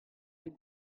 rit